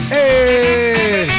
Hey